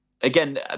again